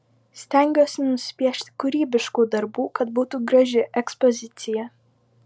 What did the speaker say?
stengiuosi nusipiešti kūrybiškų darbų kad būtų graži ekspozicija